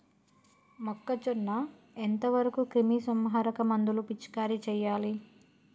మొక్కజొన్న ఎంత వరకు క్రిమిసంహారక మందులు పిచికారీ చేయాలి?